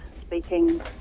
speaking